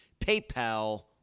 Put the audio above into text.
PayPal